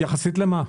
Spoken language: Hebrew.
יחסית למה?